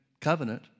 covenant